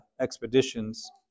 expeditions